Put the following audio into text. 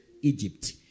Egypt